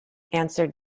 answered